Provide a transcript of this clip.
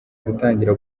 gutangira